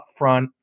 upfront